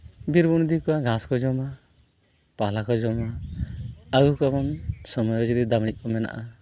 ᱵᱤᱨ ᱵᱚᱱ ᱤᱫᱤ ᱠᱚᱣᱟ ᱜᱷᱟᱸᱥ ᱠᱚ ᱡᱚᱢᱟ ᱯᱟᱞᱦᱟ ᱠᱚ ᱡᱚᱢᱟ ᱟᱹᱜᱩ ᱠᱚᱣᱟ ᱵᱚᱱ ᱥᱚᱢᱚᱭ ᱨᱮ ᱡᱩᱫᱤ ᱫᱟᱜ ᱢᱟᱲᱤ ᱠᱚ ᱢᱮᱱᱟᱜᱼᱟ